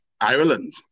Ireland